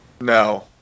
No